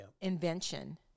invention